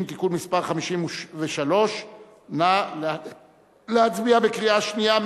(תיקון מס' 53). נא להצביע בקריאה שנייה.